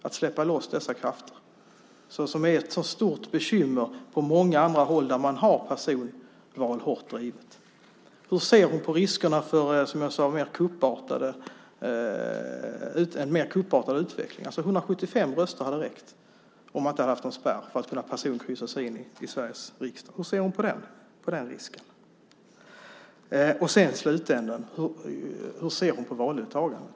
Det är ju ett så stort bekymmer på många håll där man har ett hårt drivet personval. Hur ser Annie Johansson på riskerna för, som jag sade, en mer kuppartad utveckling? 175 röster hade räckt för en person att kryssas in i Sveriges riksdag om man inte hade haft en spärr. Hur ser du på den risken? Hur ser du på valdeltagandet?